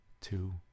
two